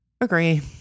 Agree